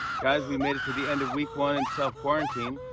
guys, we made it to the end of week one in self-quarantine.